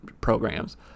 programs